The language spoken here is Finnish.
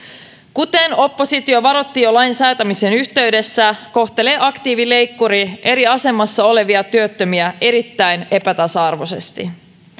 kuten oppositio varoitti jo lain säätämisen yhteydessä kohtelee aktiivileikkuri eri asemassa olevia työttömiä erittäin epätasa arvoisesti